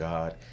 God